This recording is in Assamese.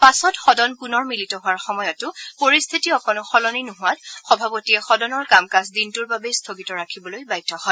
পাছত সদন পুনৰ মিলিত হোৱাৰ সময়তো পৰিস্থিতি অকণো সলনি নোহোৱাত সভাপতিয়ে সদনৰ কাম কাজ দিনটোৰ বাবে স্থগিত ৰাখিবলৈ বাধ্য হয়